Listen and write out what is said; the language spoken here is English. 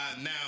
Now